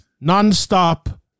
Non-stop